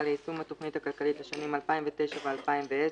ליישום התכנית הכלכלית לשנים 2009 ו-2010),